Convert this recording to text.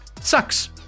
sucks